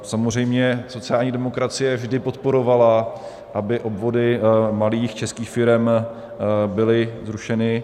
Samozřejmě sociální demokracie vždy podporovala, aby odvody malých českých firem byly zrušeny.